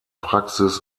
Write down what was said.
praxis